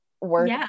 work